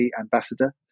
ambassador